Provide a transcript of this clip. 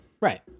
Right